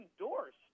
endorsed